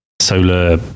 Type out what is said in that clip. Solar